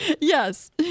Yes